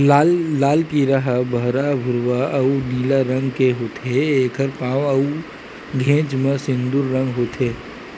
लाल कीरा ह बहरा भूरवा अउ नीला रंग के होथे, एखर पांव अउ घेंच म सिंदूर रंग होथे